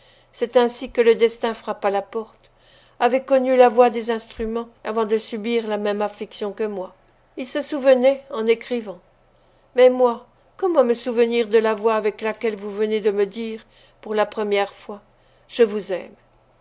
c'est ainsi que le destin frappe à la porte avait connu la voix des instruments avant de subir la même affliction que moi il se souvenait en écrivant mais moi comment me souvenir de la voix avec laquelle vous venez de me dire pour la première fois je vous aime